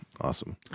Awesome